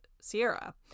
Sierra